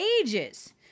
ages